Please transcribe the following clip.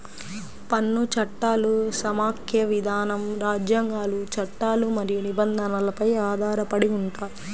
పన్ను చట్టాలు సమాఖ్య విధానం, రాజ్యాంగాలు, చట్టాలు మరియు నిబంధనలపై ఆధారపడి ఉంటాయి